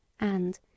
and